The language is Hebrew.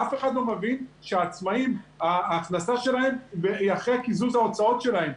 אף אחד לא מבין שהכנסה של העצמאים היא אחרי קיזוז ההוצאות שלהם.